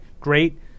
great